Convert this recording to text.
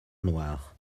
noire